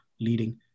leading